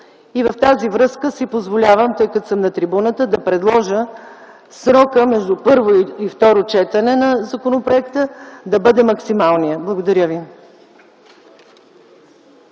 В тази връзка си позволявам, тъй като съм на трибуната, да предложа срокът между първо и второ четене на законопроекта да бъде максималният. Благодаря ви.